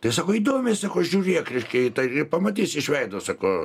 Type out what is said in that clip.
tai sako įdomiai sako žiūrėk reiškia į tą ir pamatysi iš veido sako